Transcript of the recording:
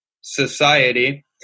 society